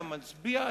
היה מצביע,